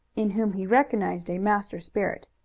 in whom he recognized a master spirit.